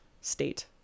state